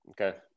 Okay